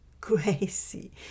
crazy